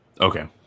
Okay